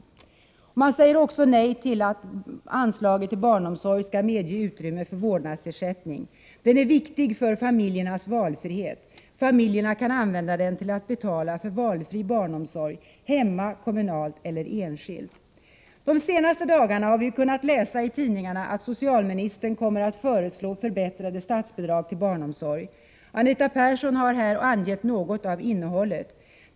Socialdemokraterna säger också nej till att anslaget till barnsomsorg skall ge utrymme för vårdnadsersättning. Vårdnadsersättningen är viktig för familjernas valfrihet. De kan använda den till att betala för valfri barnomsorg — hemma, kommunal eller enskild. De senaste dagarna har vi kunnat läsa i tidningarna att socialministern kommer att föreslå förbättrade statsbidrag till barnomsorgen. Anita Persson har här angivit något av innehållet.